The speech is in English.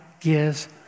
gives